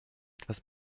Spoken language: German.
etwas